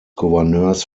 gouverneurs